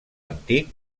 antic